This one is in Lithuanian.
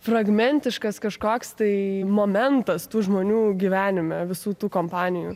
fragmentiškas kažkoks tai momentas tų žmonių gyvenime visų tų kompanijų